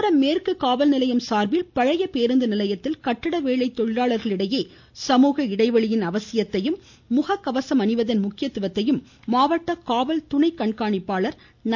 விழுப்புரம் மேற்கு காவல்நிலையம் சார்பில் பழைய பேருந்து நிலையத்தில் கட்டிட வேலை தொழிலாளர்களிடையே சமூக இடைவெளியின் அவசியத்தையும் முக கவசம் அணிவதன் முக்கியத்துவத்தையும் மாவட்ட காவல்துணை கண்காணிப்பாளர் நல்லசிவம் எடுத்துரைத்தார்